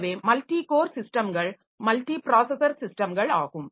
எனவே multi core சிஸ்டம்கள் multi processor சிஸ்டம்கள் ஆகும்